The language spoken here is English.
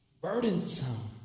burdensome